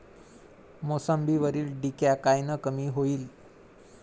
मोसंबीवरील डिक्या कायनं कमी होईल?